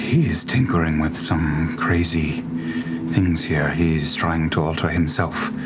is tinkering with some crazy things here. he's trying to alter himself,